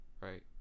right